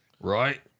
Right